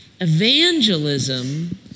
Evangelism